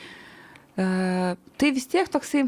a tai vis tiek toksai